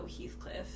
Heathcliff